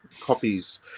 copies